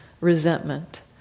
resentment